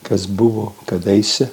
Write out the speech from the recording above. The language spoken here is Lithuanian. kas buvo kadaise